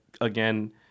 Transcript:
again